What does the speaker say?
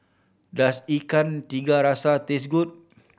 does Ikan Tiga Rasa taste good